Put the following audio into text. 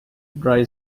dry